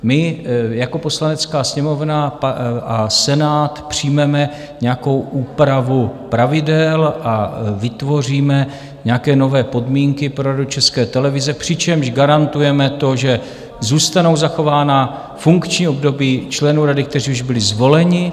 My jako Poslanecká sněmovna a Senát přijmeme nějakou úpravu pravidel a vytvoříme nějaké nové podmínky pro Radu České televize, přičemž garantujeme to, že zůstanou zachována funkční období členů rady, kteří už byli zvoleni.